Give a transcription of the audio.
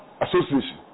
association